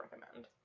recommend